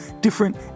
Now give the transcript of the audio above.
different